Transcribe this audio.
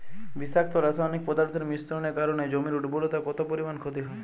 বিষাক্ত রাসায়নিক পদার্থের মিশ্রণের কারণে জমির উর্বরতা কত পরিমাণ ক্ষতি হয়?